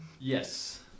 Yes